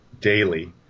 daily